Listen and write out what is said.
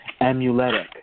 Amuletic